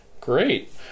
Great